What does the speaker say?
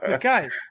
guys